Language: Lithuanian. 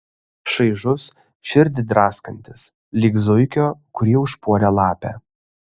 šaižus širdį draskantis lyg zuikio kurį užpuolė lapė